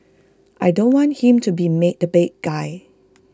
I don't want him to be made the bad guy